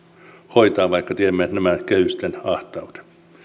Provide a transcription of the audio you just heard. hoitaa vaikka tiedämme näiden kehysten ahtauden